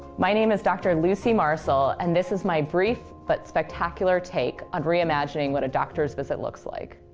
my name is dr. lucy marcil, and this is my brief but spectacular take on reimagining what a doctor's visit looks like.